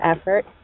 effort